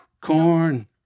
Corn